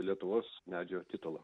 lietuvos medžio titulą